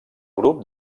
grup